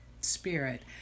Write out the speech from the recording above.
Spirit